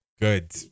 good